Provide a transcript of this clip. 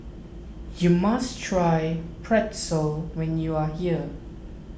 you must try Pretzel when you are here